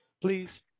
Please